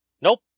Nope